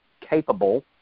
capable